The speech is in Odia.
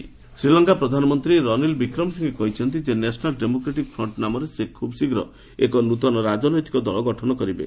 ଶ୍ରୀଲଙ୍କା ପିଏମ୍ ଶ୍ରୀଲଙ୍କା ପ୍ରଧାନମନ୍ତ୍ରୀ ରନୀଲ ବିକ୍ରମ ସିଂଘେ କହିଛନ୍ତି ଯେ ନ୍ୟାସନାଲ୍ ଡେମୋକ୍ରାଟିକ୍ ଫ୍ରଣ୍ଟ୍ ନାମରେ ସେ ଖୁବ୍ ଶୀଘ୍ର ଏକ ନୂତନ ରାଜନୈତିକ ଦଳ ଗଠନ କରିବେ